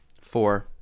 four